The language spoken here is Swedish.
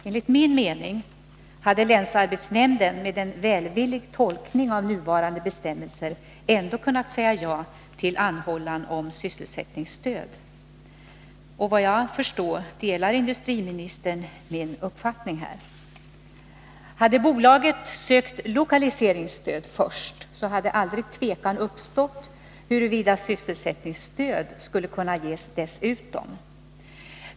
Enligt min mening hade länsarbetsnämnden med en välvillig tolkning av nuvarande bestämmelser ändå kunnat säga ja till anhållan om sysselsättningsstöd. Såvitt jag förstår, delar industriministern min uppfattning. Hade bolaget sökt lokaliseringsstöd först, hade aldrig tvekan uppstått huruvida sysselsättningsstöd skulle kunna ges dessutom.